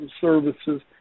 services